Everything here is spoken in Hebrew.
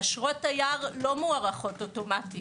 אשרות תייר לא מוארכות אוטומטית.